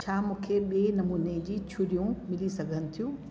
छा मूंखे ॿिए नमूने जी छुरियूं मिली सघनि थियूं